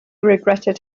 regretted